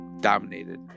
dominated